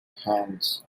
hands